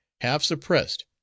half-suppressed